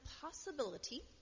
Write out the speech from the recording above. possibility